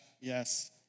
yes